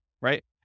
right